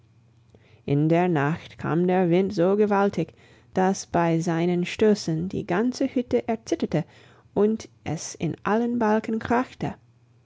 in der nacht kam der wind so gewaltig dass bei seinen stößen die ganze hütte erzitterte und es in allen balken krachte